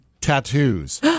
tattoos